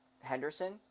Henderson